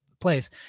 place